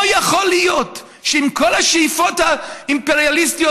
לא יכול להיות שעם כל השאיפות האימפריאליסטיות